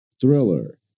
Thriller